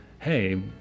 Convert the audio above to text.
hey